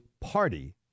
party